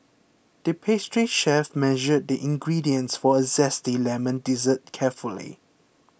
the pastry chef measured the ingredients for a Zesty Lemon Dessert carefully